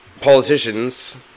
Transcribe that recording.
politicians